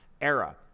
era